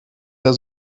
der